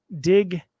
dig